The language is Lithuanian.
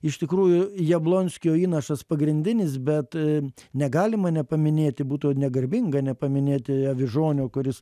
iš tikrųjų jablonskio įnašas pagrindinis bet negalima nepaminėti būtų negarbinga nepaminėti avižonio kuris